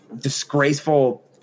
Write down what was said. disgraceful